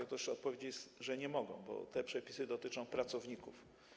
Otóż odpowiedź brzmi: nie mogą, bo te przepisy dotyczą pracowników.